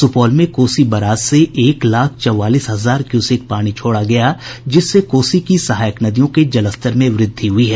सुपौल में कोसी बराज से एक लाख चौवालीस हजार क्यूसेक पानी छोड़ा गया जिससे कोसी की सहायक नदियों के जलस्तर में वृद्धि हुयी है